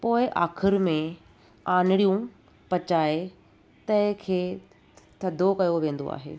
पोइ आख़िर में आनिड़ियूं पचाए तए खे थधो कयो वेंदो आहे